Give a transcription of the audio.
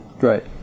Right